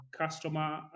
customer